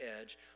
edge